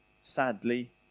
Sadly